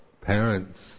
parents